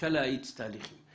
אפשר להאיץ תהליכים.